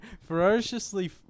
Ferociously